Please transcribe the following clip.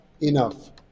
enough